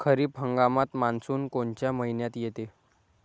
खरीप हंगामात मान्सून कोनच्या मइन्यात येते?